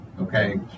Okay